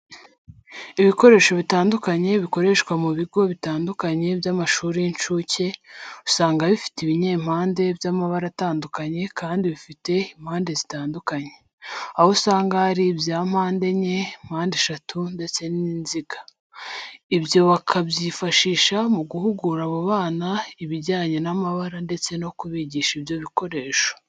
Ibikoresho bitandukanye bikoreshwa mu bigo bitandukanye by'amashuri y'incuke, usanga bifite ibinyampande by'amabara atandukanye kandi bifite impande zitandukanye, aho usanga hari ibya mpandenye, mpandeshatu ndetse n'inziga. Ibyo bakabyifashisha mu guhugura abo bana ibijyanye n'amabara ndetse no kubigisha ibyo bikoresho.